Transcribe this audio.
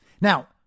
Now